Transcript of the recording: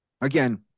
Again